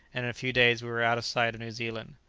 and in a few days we were out of sight of new zealand.